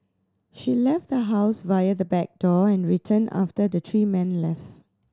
she left the house via the back door and returned after the three men left